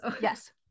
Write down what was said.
Yes